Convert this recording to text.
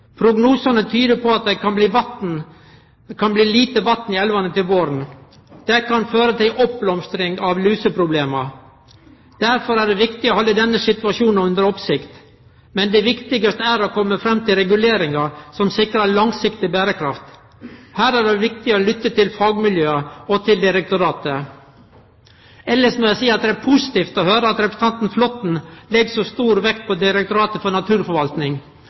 Prognosane tyder på at det kan bli lite vatn i elvane til våren. Det kan føre til ei oppblomstring av luseproblema. Derfor er det viktig å halde denne situasjonen under oppsikt. Men det viktigaste er å komme fram til reguleringar som sikrar langsiktig berekraft. Her er det viktig å lytte til fagmiljøa og til direktoratet. Elles må eg seie at det er positivt å høyre at representanten Flåtten legg så stor vekt på Direktoratet for naturforvaltning.